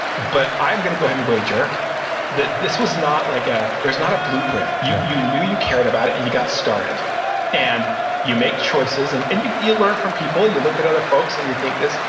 but i'm going to go ahead and wager that this was not like ah there's not a blueprint. you you knew you cared about it and you got started and you make choices and and you you learn from people, you look at other folks and you think this,